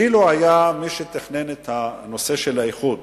אילו מי שתכנן את הנושא של האיחוד